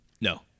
no